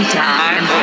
time